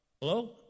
hello